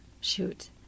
shoot